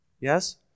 Yes